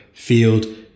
field